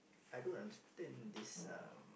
I don't understand this um